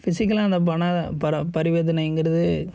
ஃபிஸிக்கலாக அந்த பண பரிவர்த்தனைங்குறது